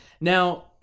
Now